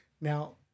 Now